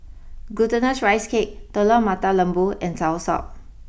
Glutinous Rice Cake Telur Mata Lembu and Soursop